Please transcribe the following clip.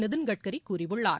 நிதின்கட்கரி கூறியுள்ளார்